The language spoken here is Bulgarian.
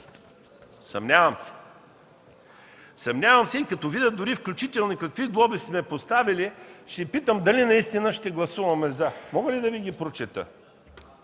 Съмнявам се. Съмнявам се и като видя дори и включително какви глоби сме поставили, се питам дали наистина ще гласуваме „за”?! Мога ли да Ви ги прочета?